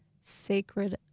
sacred